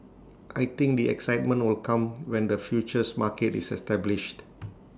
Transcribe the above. I think the excitement will come when the futures market is established